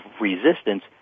resistance